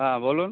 হ্যাঁ বলুন